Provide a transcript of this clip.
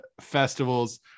festivals